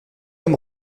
nous